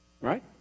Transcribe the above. Right